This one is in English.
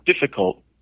difficult